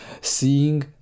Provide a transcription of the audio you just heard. seeing